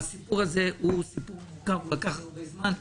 העניין הזה מורכב והוא לקח זמן רב.